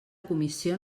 comissió